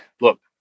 Look